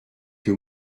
que